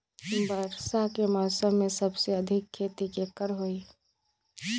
वर्षा के मौसम में सबसे अधिक खेती केकर होई?